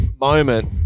moment